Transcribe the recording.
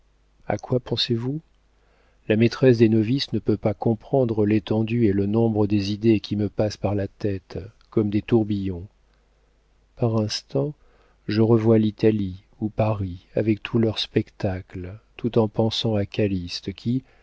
a quoi pensez-vous la maîtresse des novices ne peut pas comprendre l'étendue et le nombre des idées qui me passent par la tête comme des tourbillons par instants je revois l'italie ou paris avec tous leurs spectacles tout en pensant à calyste qui